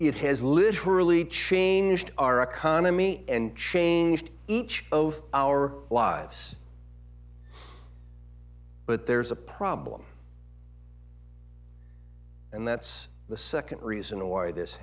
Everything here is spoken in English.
it has literally changed our economy and changed each of our lives but there's a problem and that's the second reason or this